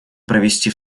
провести